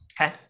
Okay